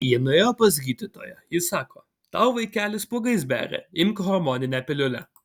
jie nuėjo pas gydytoją ji sako tau vaikeli spuogais beria imk hormoninę piliulę